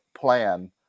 plan